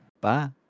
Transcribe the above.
Bye